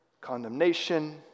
condemnation